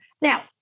Now